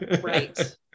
right